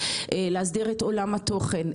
להסדיר את עולם התוכן.